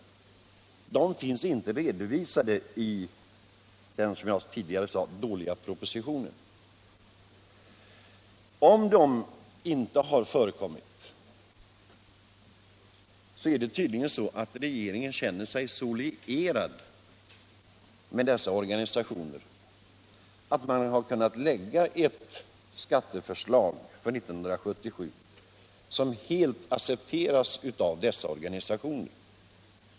Något sådant har inte redovisats i den, som jag tidigare sade, dåliga propositionen. Om sådana överläggningar inte har förekommit, är det tydligen så att regeringen känner sig så lierad med dessa organisationer att den har kunnat lägga fram ett skatteförslag för 1977 som den är säker på att arbetsgivarna helt skall acceptera.